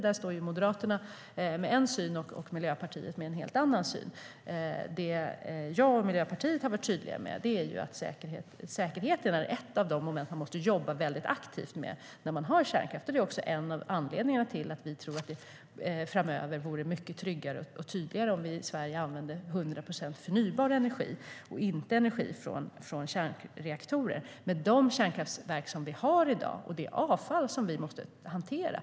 Där står Moderaterna med en syn och Miljöpartiet med en helt annan syn. STYLEREF Kantrubrik \* MERGEFORMAT Svar på interpellationerDe kärnkraftverk vi har i dag och avfallet måste vi hantera.